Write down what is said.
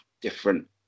different